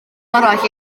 arall